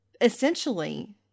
essentially